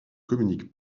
communique